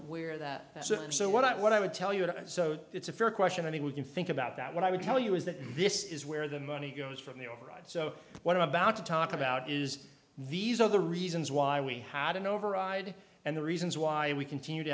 where that is so what i what i would tell you and so it's a fair question i mean we can think about that what i would tell you is that this is where the money goes from the override so what i'm about to talk about is these are the reasons why we had an override and the reasons why we continue to